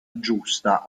giusta